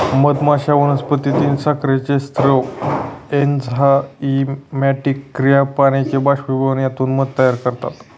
मधमाश्या वनस्पतीतील साखरेचा स्राव, एन्झाइमॅटिक क्रिया, पाण्याचे बाष्पीभवन यातून मध तयार करतात